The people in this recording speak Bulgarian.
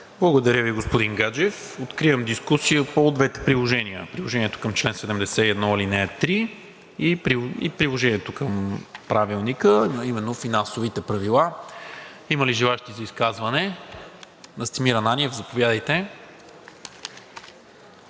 Благодаря Ви, господин Гаджев. Откривам дискусия по двете приложения – приложението към чл. 71, ал. 3 и приложението към Правилника, а именно финансовите правила. Има ли желаещи за изказване? Настимир Ананиев, заповядайте.